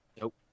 nope